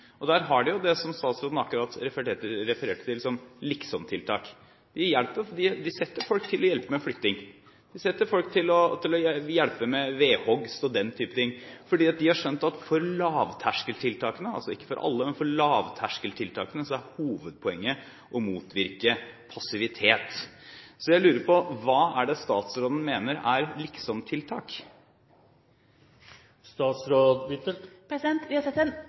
interessant. Der har de jo det statsråden akkurat refererte til som «liksomtiltak». De setter folk til å hjelpe til med flytting, vedhogst og den typen ting, for de har skjønt at for lavterskeltiltakene – altså ikke for alle, men for lavterskeltiltakene – er hovedpoenget å motvirke passivitet. Så jeg lurer på: Hva er det statsråden mener er «liksomtiltak»? Vi har sett en rekke eksempler på dette fra Sverige, hvor de har